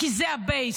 כי זה הבייס.